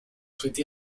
souhaité